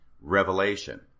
revelation